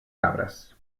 cabres